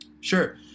Sure